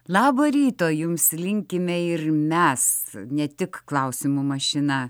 labo ryto jums linkime ir mes ne tik klausimų mašina